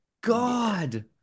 God